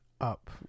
up